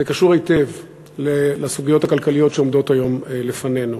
זה קשור היטב לסוגיות הכלכליות שעומדות היום לפנינו.